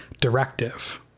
directive